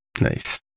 Nice